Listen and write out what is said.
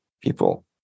people